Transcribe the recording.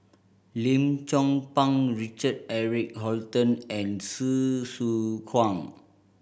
Lim Chong Pang Richard Eric Holttum and Hsu Tse Kwang